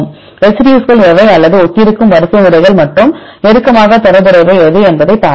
ரெசிடியூஸ்கள் எவை அல்லது ஒத்திருக்கும் வரிசைமுறைகள் மற்றும் நெருக்கமாக தொடர்புடையவை எது என்பதை பார்ப்போம்